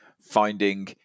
finding